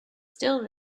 still